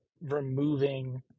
removing